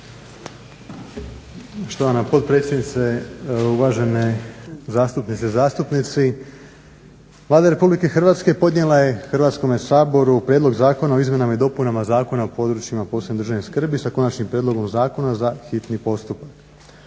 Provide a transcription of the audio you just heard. Štovana potpredsjednice, uvažene zastupnice i zastupnici. Vlada Republike Hrvatske podnijela je Hrvatskome saboru Prijedlog zakona o izmjenama i dopunama Zakona o područjima posebne državne skrbi sa konačnim prijedlogom zakona, hitni postupak.